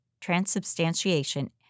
transubstantiation